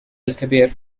الكبير